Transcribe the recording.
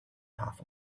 half